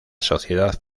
sociedad